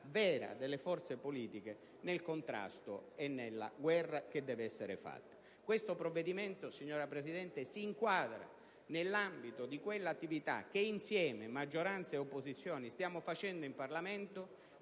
vera delle forze politiche nel contrasto e nella guerra che deve essere fatta. Questo provvedimento, signora Presidente, si inquadra nell'ambito di quell'attività che insieme, maggioranza e opposizione, stiamo facendo in Parlamento